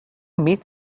meet